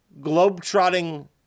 Globetrotting